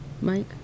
Mike